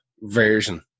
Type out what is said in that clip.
version